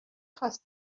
خواست